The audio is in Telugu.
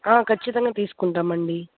ఆ ఖచ్చితంగా తీసుకుంటామండి